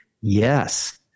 yes